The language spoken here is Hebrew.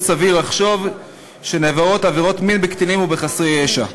סביר לחשוב שנעברות עבירות מין בקטינים ובחסרי ישע.